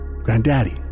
Granddaddy